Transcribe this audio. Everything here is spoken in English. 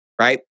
Right